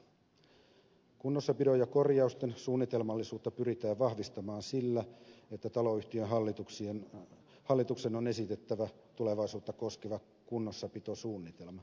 kunnossapidon ja korjausten suunnitelmallisuutta pyritään vahvistamaan sillä että taloyhtiön hallituksen on esitettävä tulevaisuutta koskeva kunnossapitosuunnitelma